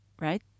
right